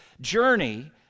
journey